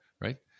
right